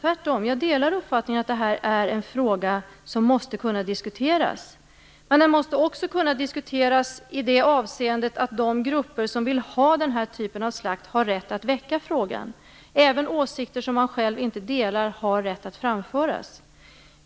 Jag delar tvärtom uppfattningen att detta är en fråga som måste kunna diskuteras. Men den måste också kunna diskuteras i det avseendet att de grupper som vill ha den här typen av slakt har rätt att väcka frågan. Även åsikter som man själv inte delar har rätt att framföras.